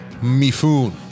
Mifun